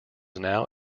now